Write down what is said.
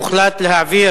הוחלט להעביר